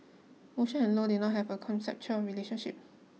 motion and low did not have a conceptual relationship